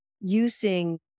using